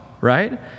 right